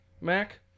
Mac